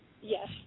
Yes